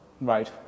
Right